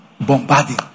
Bombarding